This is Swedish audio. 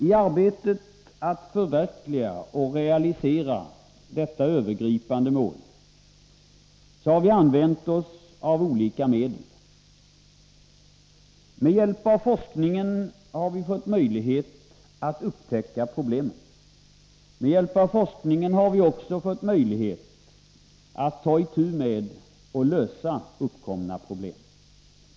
I arbetet för att förverkliga detta övergripande mål har vi använt oss av olika medel. Med hjälp av forskningen — för det första — har vi fått möjlighet att upptäcka problemen. Med hjälp av forskningen har vi också fått möjlighet att ta itu med och lösa uppkomna problem.